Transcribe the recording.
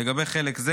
לגבי חלק זה,